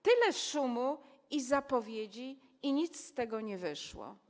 Tyle szumu i zapowiedzi i nic z tego nie wyszło.